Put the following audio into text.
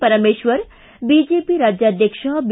Parameshwar BJP ರಾಜ್ಯಾಧ್ಯಕ್ಷ B